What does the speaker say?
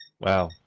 wow